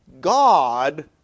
God